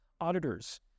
auditors